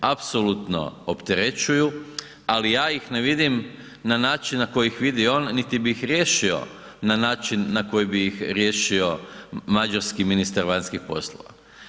Apsolutno opterećuju ali ja ih ne vidim na način na koji ih vidi on niti bi ih riješio na način na koji bi ih riješio mađarski ministar vanjskih poslova.